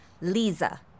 Lisa